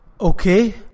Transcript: Okay